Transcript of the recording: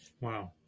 Wow